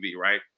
right